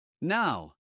Now